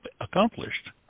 accomplished